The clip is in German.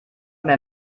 mehr